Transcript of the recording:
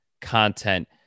content